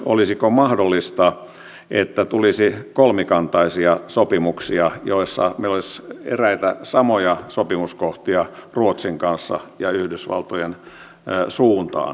olisiko mahdollista että tulisi kolmikantaisia sopimuksia joissa meillä olisi eräitä samoja sopimuskohtia ruotsin kanssa ja yhdysvaltojen suuntaan